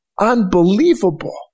unbelievable